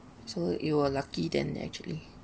so you were lucky then actually